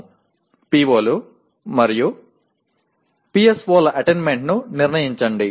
PO లు మరియు PSO ల అటైన్మెంట్ను నిర్ణయించండి